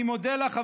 אני מודה לך,